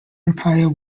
empire